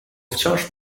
wciąż